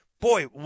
Boy